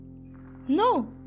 No